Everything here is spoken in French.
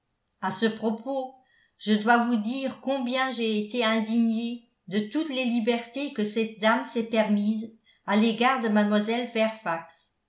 à ce propos je dois vous dire combien j'ai été indigné de toutes les libertés que cette dame s'est permises à l'égard de mlle fairfax